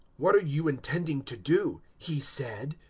what are you intending to do? he said.